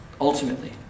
Ultimately